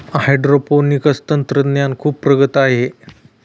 hydroponics तंत्रज्ञान खूप प्रगत आहे